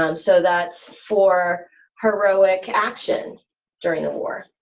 um so that's for heroic action during the war,